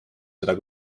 seda